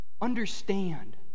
understand